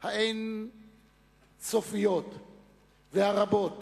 האין-סופיות והרבות